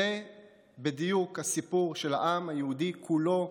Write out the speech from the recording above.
זה בדיוק הסיפור של העם היהודי כולו,